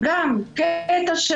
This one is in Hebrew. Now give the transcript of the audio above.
בקטע של